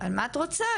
"..מה את רוצה?